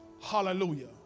Hallelujah